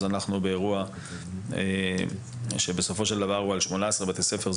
אז אנחנו באירוע שבסופו של דבר מדובר ב-18 בתי ספר,